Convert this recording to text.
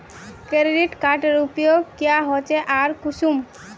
Credit कार्डेर उपयोग क्याँ होचे आर कुंसम?